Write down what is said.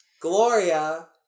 Gloria